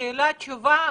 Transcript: אני מבקשת שאלה-תשובה,